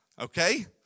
Okay